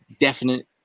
definite